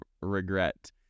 regret